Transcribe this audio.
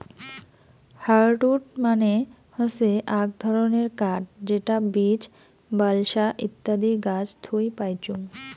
hardwood মানে হসে আক ধরণের কাঠ যেটা বীচ, বালসা ইত্যাদি গাছ থুই পাইচুঙ